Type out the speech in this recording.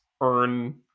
earn